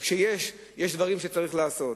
וכשיש, יש דברים שצריך לעשות.